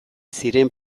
ziren